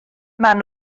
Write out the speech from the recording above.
maen